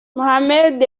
mohamed